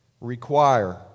require